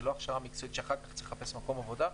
זה לא הכשרה מקצועית שאחר כך צריך לחפש מקום עבודה.